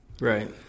Right